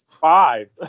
five